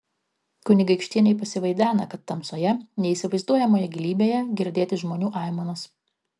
kunigaikštienei pasivaidena kad tamsoje neįsivaizduojamoje gilybėje girdėti žmonių aimanos